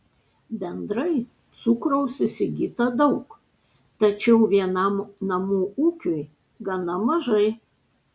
bendrai cukraus įsigyta daug tačiau vienam namų ūkiui gana mažai